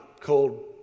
called